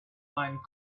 find